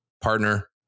partner